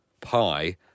Pi